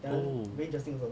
oh